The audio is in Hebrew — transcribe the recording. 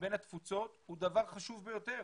לבין התפוצות הוא דבר חשוב ביותר